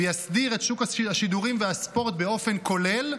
ויסדיר את שוק השידורים והספורט באופן כולל,